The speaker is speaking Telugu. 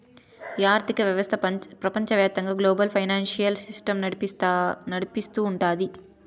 ఆర్థిక వ్యవస్థ ప్రపంచవ్యాప్తంగా గ్లోబల్ ఫైనాన్సియల్ సిస్టమ్ నడిపిస్తూ ఉంటది